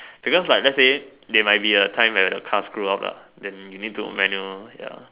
because like let's say there might be a time where the car screws up lah then you need to manual ya